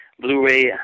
Blu-ray